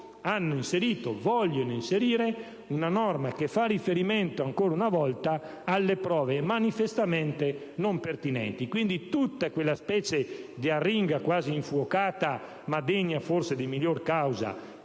caso, essi vogliono inserire una norma che fa riferimento, ancora una volta, alle prove manifestamente non pertinenti. Quindi, tutta quella specie di arringa, quasi infuocata e degna forse di miglior causa,